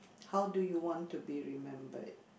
how do you want to be remembered